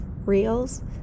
reels